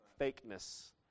fakeness